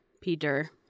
Peter